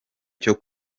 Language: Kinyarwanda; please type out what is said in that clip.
cyo